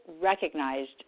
recognized